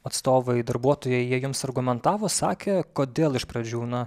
atstovai darbuotojai jie jums argumentavo sakė kodėl iš pradžių na